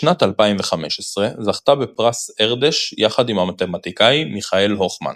בשנת 2015 זכתה בפרס ארדש יחד עם המתמטיקאי מיכאל הוכמן.